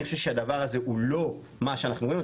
אני חושב שהדבר הזה הוא לא מה שאנחנו רואים.